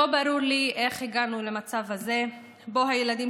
לא ברור לי איך הגענו למצב הזה שבו הילדים